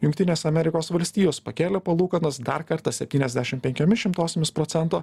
jungtinės amerikos valstijos pakėlė palūkanas dar kartą septyniasdešim penkiomis šimtosiomis procento